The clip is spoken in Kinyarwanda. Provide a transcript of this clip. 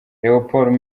leopold